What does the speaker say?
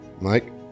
Mike